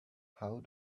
how